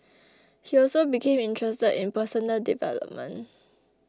he also became interested in personal development